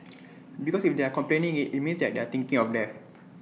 because if they are complaining IT it means they are thinking of death